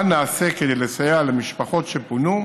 מה נעשה כדי לסייע למשפחות שפונו,